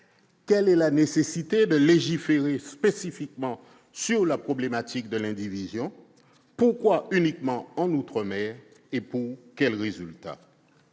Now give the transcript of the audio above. quelle est la nécessité de légiférer spécifiquement sur la problématique de l'indivision ? pourquoi uniquement en outre-mer ? et pour quels résultats ?